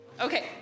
Okay